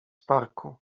parku